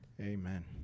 amen